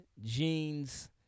jeans